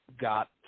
Got